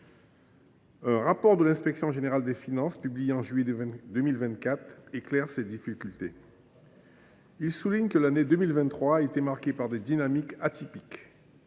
Un rapport de l’inspection générale des finances (IGF), publié en juillet 2024, éclaire ces difficultés. Il souligne que l’année 2023 a été marquée par des dynamiques atypiques